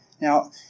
Now